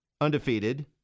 undefeated